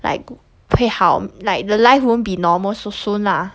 like 会好 like the life won't be normal so soon lah